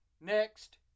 Next